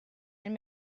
and